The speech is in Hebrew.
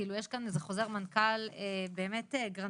כאילו יש פה איזה שהוא חוזר מנכ"ל באמת גרנדיוזי.